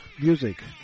Music